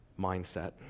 mindset